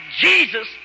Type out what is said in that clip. Jesus